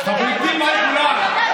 חברתי מאי גולן,